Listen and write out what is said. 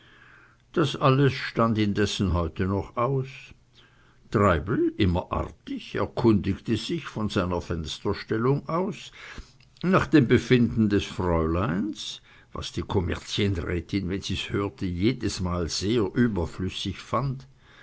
das alles indessen stand heute noch aus treibel immer artig erkundigte sich von seiner fensterstellung aus erst nach dem befinden des fräuleins was die kommerzienrätin wenn sie's hörte jedesmal sehr überflüssig fand